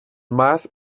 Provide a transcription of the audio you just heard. mas